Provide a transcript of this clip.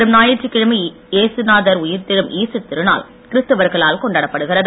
வரும் ஞாயிற்றுக்கிழமை ஏது நாதர் உயிர்தெழும் ஈஸ்டர் திருநாள் கிறிஸ்தவர்களால் கொண்டாடப்படுகிறது